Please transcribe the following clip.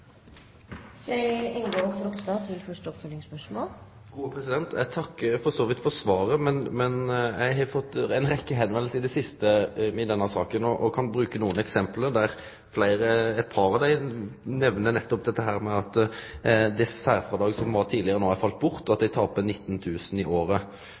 Eg takkar for så vidt for svaret, men eg har fått ei rekkje skriv i det siste i denne saka, og vil bruke nokre eksempel. Eit par av dei som skriv, nemner at det særfrådraget som var tidlegare, no har falle bort, og at dei taper 19 000 kr i året.